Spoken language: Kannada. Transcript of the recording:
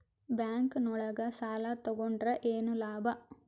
ಬ್ಯಾಂಕ್ ನೊಳಗ ಸಾಲ ತಗೊಂಡ್ರ ಏನು ಲಾಭ?